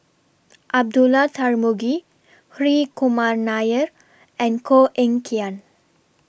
Abdullah Tarmugi Hri Kumar Nair and Koh Eng Kian